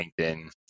LinkedIn